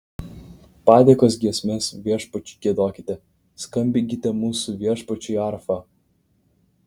padėkos giesmes viešpačiui giedokite skambinkite mūsų viešpačiui arfa